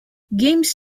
games